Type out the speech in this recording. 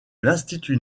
l’institut